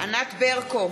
ענת ברקו,